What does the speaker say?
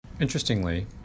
Interestingly